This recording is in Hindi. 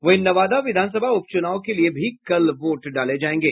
वहीं नवादा विधानसभा उपचुनाव के लिए भी कल वोट डाले जायेंगे